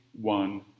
one